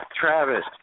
Travis